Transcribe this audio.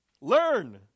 Learn